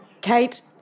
Kate